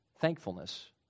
thankfulness